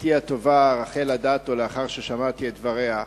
ידידתי הטובה רחל אדטו, לאחר ששמעתי את דבריה.